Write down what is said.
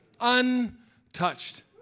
Untouched